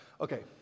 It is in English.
Okay